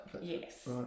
Yes